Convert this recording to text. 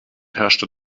herrschte